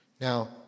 Now